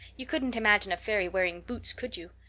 you couldn't imagine a fairy wearing boots, could you?